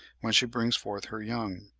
when she brings forth her young.